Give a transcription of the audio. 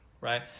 right